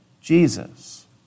Jesus